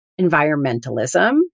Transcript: environmentalism